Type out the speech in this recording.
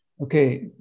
Okay